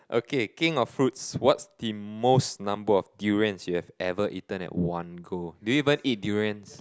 okay king of fruits what's the most number of durians you have ever eaten at one go do you even eat durians